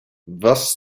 thus